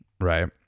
right